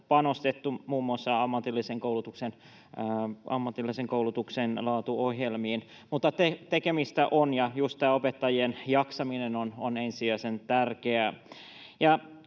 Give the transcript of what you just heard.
panostettu, muun muassa ammatillisen koulutuksen laatuohjelmiin. Mutta tekemistä on, ja tämä opettajien jaksaminen on ensisijaisen tärkeää.